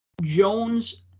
Jones